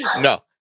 No